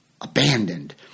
abandoned